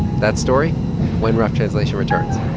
that story when rough translation returns